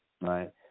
right